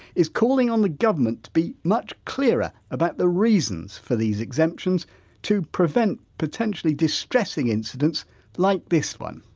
is calling on the government to be much clearer about the reasons for these exemptions to prevent potentially distressing incidents like this one